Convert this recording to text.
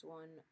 one